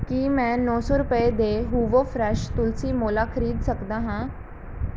ਕੀ ਮੈਂ ਨੌ ਸੌ ਰੁਪਏ ਦੇ ਹੂਵੋ ਫਰੈਸ਼ ਤੁਲਸੀ ਮੋਲਾ ਖਰੀਦ ਸਕਦਾ ਹਾਂ